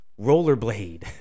Rollerblade